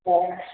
दे